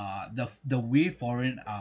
uh the the way foreign uh